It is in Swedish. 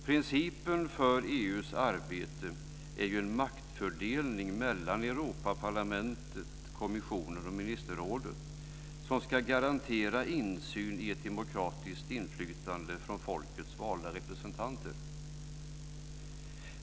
Principen för EU:s arbete är ju en maktfördelning mellan Europaparlamentet, kommissionen och ministerrådet som ska garantera insyn och ett demokratiskt inflytande från folkets valda representanter.